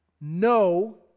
No